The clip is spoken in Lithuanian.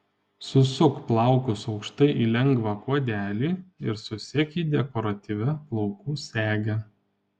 susuk plaukus aukštai į lengvą kuodelį ir susek jį dekoratyvia plaukų sege